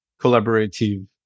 collaborative